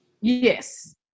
Yes